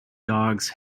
dogs